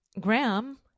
graham